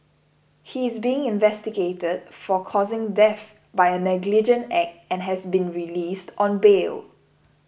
he is being investigated for causing death by a negligent act and has been released on bail